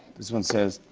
this one says,